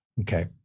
Okay